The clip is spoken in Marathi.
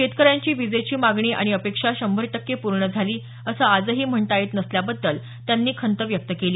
शेतकऱ्यांची वीजेची मागणी आणि अपेक्षा शंभर टक्के पूर्ण झाली असं आजही म्हणता येत नसल्याबद्दल त्यांनी खंत व्यक्त केली